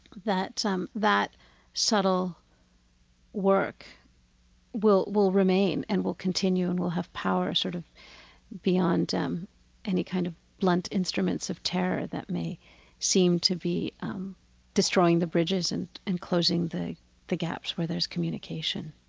that um that subtle work will will remain and will continue and will have power sort of beyond um any kind of blunt instruments of terror that may seem to be destroying the bridges and and closing the the gaps where there's communication